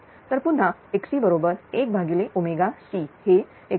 तर पुन्हा XC बरोबर 1𝜔𝐶 हे 102